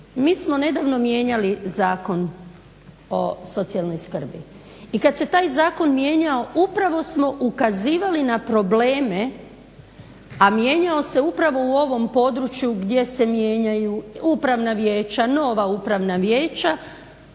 Mi smo nedavno mijenjali Zakon o socijalnoj skrbi i kad se taj zakon mijenjao upravo smo ukazivali na probleme, a mijenjao se upravo u ovom području gdje se mijenjaju upravna vijeća, nova upravna vijeća